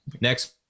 next